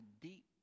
deep